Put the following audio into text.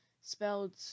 Spelled-